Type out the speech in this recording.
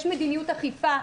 יש מדיניות אכיפה.